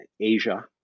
Asia